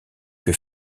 que